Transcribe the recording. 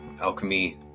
alchemy